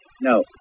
No